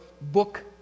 book